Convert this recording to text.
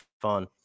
fun